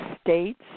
states